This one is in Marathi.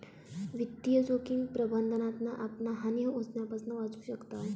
वित्तीय जोखिम प्रबंधनातना आपण हानी होण्यापासना वाचू शकताव